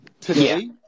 Today